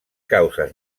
causes